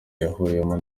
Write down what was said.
yahuriyemo